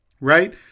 Right